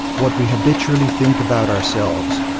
what we habitually think about ourselves,